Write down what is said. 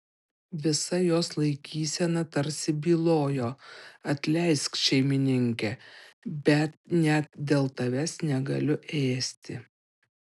visa jos laikysena tarsi bylojo atleisk šeimininke bet net dėl tavęs negaliu ėsti